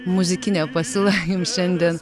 muzikinė pasiūla jums šiandien